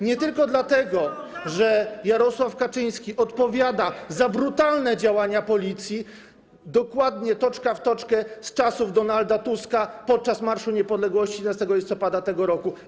Nie tylko dlatego, że Jarosław Kaczyński odpowiada za brutalne działania policji, dokładnie, toczka w toczkę, jak z czasów Donalda Tuska podczas Marszu Niepodległości 11 listopada tego roku.